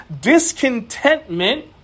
discontentment